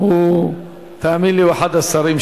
אני שומע.